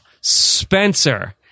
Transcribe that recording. Spencer